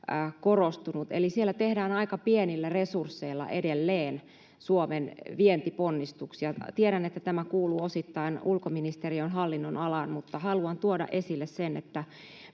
korostunut, eli siellä tehdään aika pienillä resursseilla edelleen Suomen vientiponnistuksia. Tiedän, että tämä kuuluu osittain ulkoministeriön hallinnonalaan, mutta haluan tuoda esille sen, että